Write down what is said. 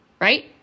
Right